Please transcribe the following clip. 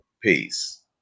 peace